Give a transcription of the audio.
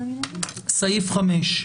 סעיף 5,